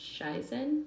Shizen